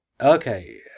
Okay